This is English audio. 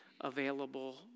available